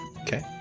Okay